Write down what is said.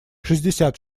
шестьдесят